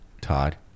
todd